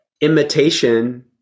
imitation